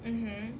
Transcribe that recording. mmhmm